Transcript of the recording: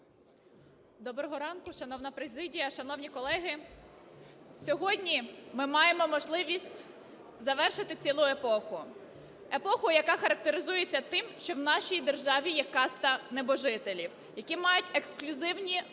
Доброго ранку, шановні президія, шановні колеги. Сьогодні ми маємо можливість завершити цілу епоху. Епоху, яка характеризується тим, що в нашій державі є каста небожителів, які мають ексклюзивні права